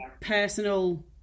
personal